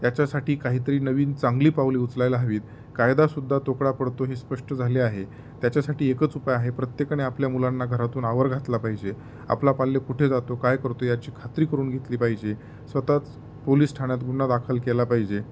त्याच्यासाठी काहीतरी नवीन चांगली पावले उचलायला हवी कायदासुद्धा तोकडा पडतो हे स्पष्ट झाले आहे त्याच्यासाठी एकच उपाय आहे प्रत्येकाने आपल्या मुलांना घरातून आवर घातला पाहिजे आपला पाल्य कुठे जातो काय करतो याची खात्री करून घेतली पाहिजे स्वतःच पोलीस ठाण्यात गुन्हा दाखल केला पाहिजे